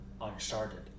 uncharted